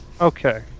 Okay